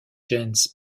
jens